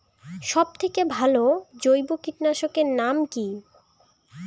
সব থেকে ভালো জৈব কীটনাশক এর নাম কি?